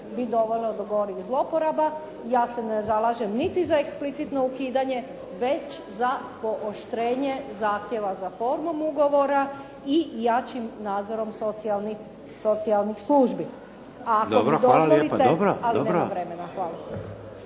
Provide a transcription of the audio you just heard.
bi dovelo do gorih zloporaba. Ja se ne zalažem niti za eksplicitno ukidanje već za pooštrenje zahtjeva za formom ugovora i jačim nadzorom socijalnih službi. **Šeks, Vladimir (HDZ)** Dobro. Hvala lijepa. **Lovrin, Ana (HDZ)**